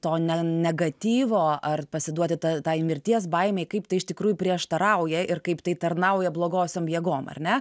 to ne negatyvo ar pasiduoti ta tai mirties baimei kaip tai iš tikrųjų prieštarauja ir kaip tai tarnauja blogosiom jėgom ar ne